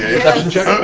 perception check?